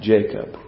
Jacob